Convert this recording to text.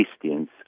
Christians